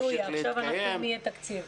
הללויה, עכשיו אנחנו באם יהיה תקציב.